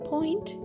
Point